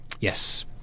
Yes